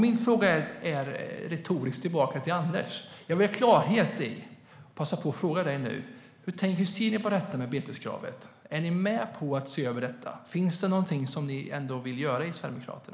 Min fråga går tillbaka till dig, Anders. Jag vill ha klarhet i, och passar på att fråga, hur ni ser på beteskravet. Är ni med på att se över det? Finns det något som Sverigedemokraterna vill göra på den punkten?